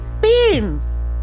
Beans